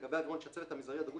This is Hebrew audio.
לגבי אווירון שהצוות המזערי הדרוש